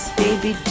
baby